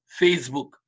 Facebook